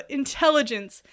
intelligence